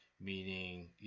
meaning